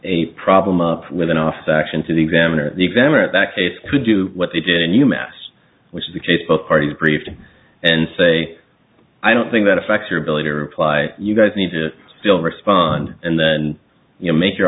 a problem up with an office actions that examiner the examiner in that case could do what they did and you mass which is the case both parties briefed and say i don't think that affects your ability to reply you guys need to still respond and then you make your